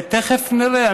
תכף נראה.